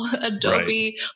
Adobe